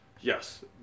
Yes